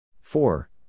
four